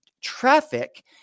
traffic